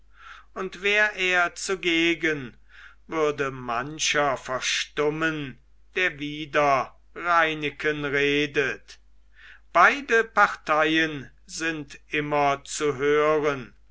und wär er zugegen würde mancher verstummen der wider reineken redet beide parteien sind immer zu hören